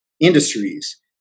industries